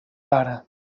pare